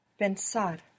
Pensar